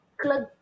club